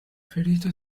ferito